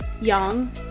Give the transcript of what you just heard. Young